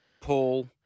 Paul